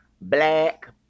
black